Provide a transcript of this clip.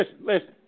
listen